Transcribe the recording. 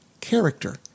character